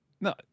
no